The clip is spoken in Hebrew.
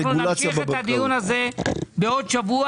אנחנו נמשיך את הדיון הזה בעוד שבוע.